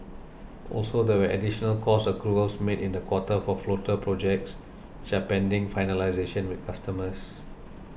also there were additional cost accruals made in the quarter for floater projects which are pending finalisation with customers